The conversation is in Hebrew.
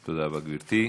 תודה רבה, גברתי.